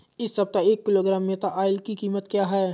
इस सप्ताह एक किलोग्राम मेन्था ऑइल की कीमत क्या है?